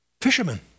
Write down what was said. fisherman